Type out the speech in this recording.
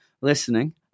listening